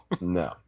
No